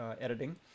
editing